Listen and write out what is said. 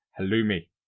Halloumi